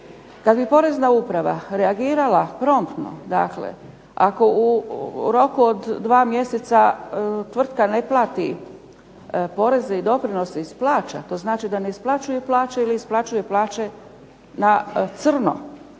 Kad bi Porezna uprava reagirala promptno, dakle ako u roku od 2 mjeseca tvrtka ne plati poreze i doprinose iz plaća to znači da ne isplaćuje plaće ili isplaćuje plaće na crno.